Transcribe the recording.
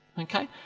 okay